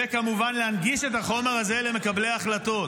וכמובן להנגיש את החומר הזה למקבלי ההחלטות.